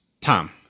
Tom